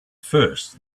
first